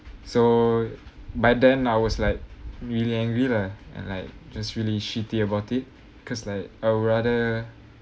so by then I was like really angry lah and like just really shitty about it because like I would rather